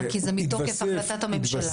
כי זה מתוקף החלטת הממשלה.